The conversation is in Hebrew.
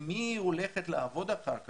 עם היא הולכת לעבוד אחר כך,